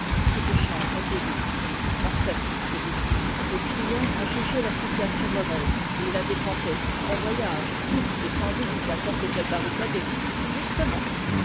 cette chambre était vide parfait se dit-il le client a jugé la situation mauvaise et il a décampé bon voyage et sans doute la porte est-elle barricadée justement